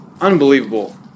Unbelievable